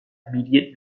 immediate